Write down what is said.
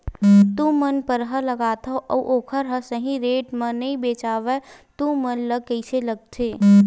तू मन परहा लगाथव अउ ओखर हा सही रेट मा नई बेचवाए तू मन ला कइसे लगथे?